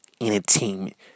entertainment